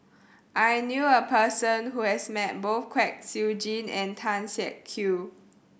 I knew a person who has met both Kwek Siew Jin and Tan Siak Kew